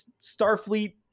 Starfleet